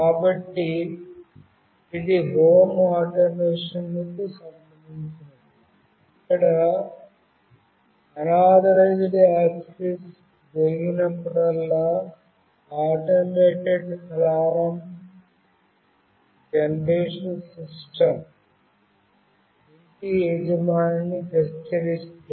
కాబట్టిఇది home automation కు సంబంధించినది ఇక్కడ అనర్థరైజ్డ్ యాక్సిస్ జరిగినప్పుడల్లా ఆటోమేటెడ్ అలారం జనరేషన్ సిస్టం ఇంటి యజమానిని హెచ్చరిస్తుంది